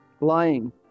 lying